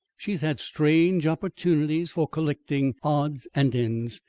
she's had strange opportunities for collecting odds and ends,